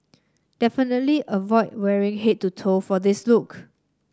definitely avoid wearing head to toe for this look